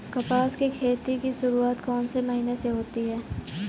कपास की खेती की शुरुआत कौन से महीने से होती है?